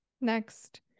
Next